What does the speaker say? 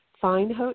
fine